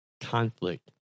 conflict